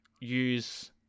use